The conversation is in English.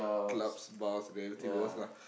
clubs bars variety bars lah